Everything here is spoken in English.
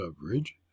coverage